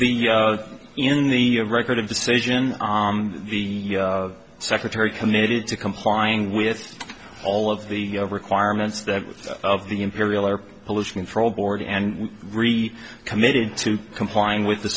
the in the record of decision the secretary committed to complying with all of the requirements that of the imperial air pollution control board and re committed to complying with the